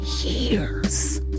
years